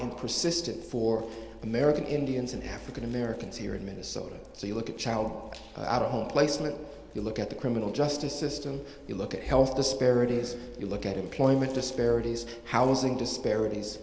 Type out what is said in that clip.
persistent for american indians and african americans here in minnesota so you look at a child out of home placement you look at the criminal justice system you look at health disparities you look at employment disparities housing disparities